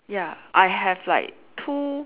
ya I have like two